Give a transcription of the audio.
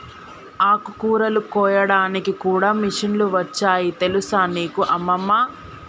ఆకుకూరలు కోయడానికి కూడా మిషన్లు వచ్చాయి తెలుసా నీకు అమ్మమ్మ